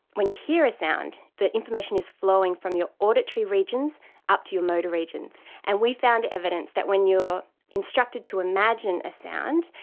when you hear a sound, the information is flowing from your auditory regions up to your motor regions, and we found evidence that when you are instructed to imagine a sound,